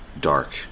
dark